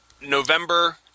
November